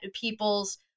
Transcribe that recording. people's